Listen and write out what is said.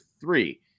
three